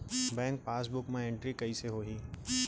Bank passbook मा entry कइसे होही?